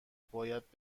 باید